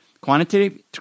quantitative